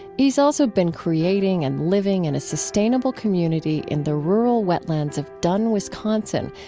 he's also been creating and living in a sustainable community in the rural wetlands of dunn, wisconsin,